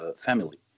family